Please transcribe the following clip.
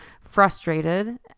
frustrated